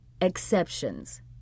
Exceptions